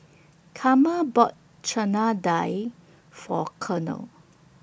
Karma bought Chana Dal For Cornel